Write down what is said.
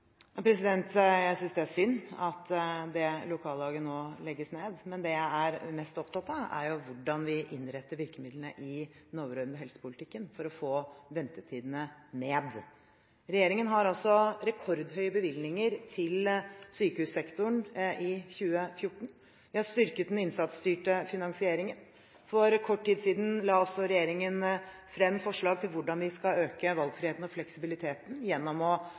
Jeg synes det er synd at det lokallaget nå legges ned. Men det jeg er mest opptatt av, er hvordan vi innretter virkemidlene i den overordnede helsepolitikken for å få ventetidene ned. Regjeringen har rekordhøye bevilgninger til sykehussektoren i 2014. Vi har styrket den innsatsstyrte finansieringen. For kort tid siden la også regjeringen frem forslag til hvordan vi skal øke valgfriheten og fleksibiliteten gjennom å